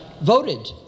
voted